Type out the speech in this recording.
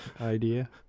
idea